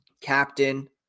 captain